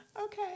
okay